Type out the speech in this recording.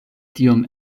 tiom